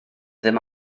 ddim